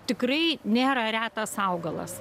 tikrai nėra retas augalas